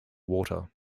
water